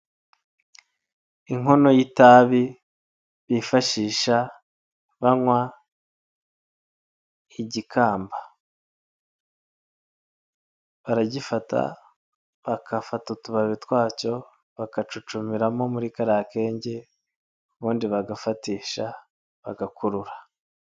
Inkono y'itabi bishisha banywa igimba, baragifata bagafata utubabi twacyo bagacucumiramo muri kariya kenge ubundi bagafatisha bagakurura.